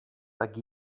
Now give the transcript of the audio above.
tak